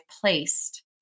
placed